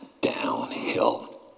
downhill